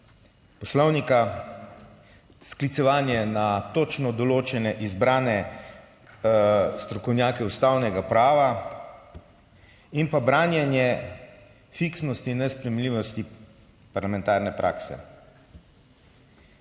poslovnika, sklicevanje na točno določene izbrane strokovnjake ustavnega prava in pa branjenje fiksnosti, nesprejemljivosti parlamentarne prakse.